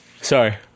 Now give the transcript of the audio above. Sorry